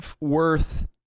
worth